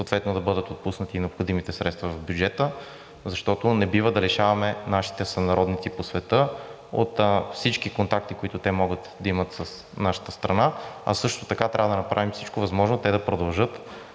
да бъдат отпуснати и необходимите средства в бюджета, защото не бива да лишаваме нашите сънародници по света от всички контакти, които те могат да имат с нашата страна. А също така трябва да направим всичко възможно те да продължат